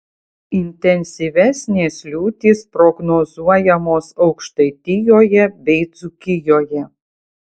intensyvesnės liūtys prognozuojamos aukštaitijoje bei dzūkijoje